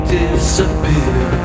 disappear